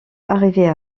arrivait